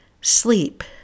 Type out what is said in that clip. Sleep